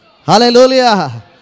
Hallelujah